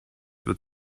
wird